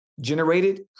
generated